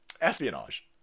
espionage